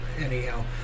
anyhow